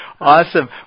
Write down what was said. Awesome